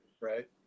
Right